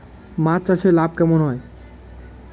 মাছ চাষে লাভ কেমন হয়?